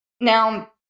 Now